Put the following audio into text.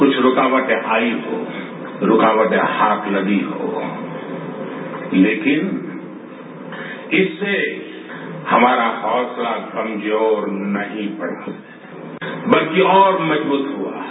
कुछ रूकावटे आयी हो रूकावटे हाथ लगी हो लेकिन इससे हमारा हौसला कमजोर नहीं पड़ा है बल्कि और मजबूत हुआ है